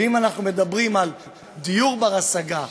ואם אנחנו מדברים על דיור בר-השגה,